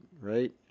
right